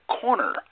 corner